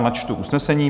Načtu usnesení?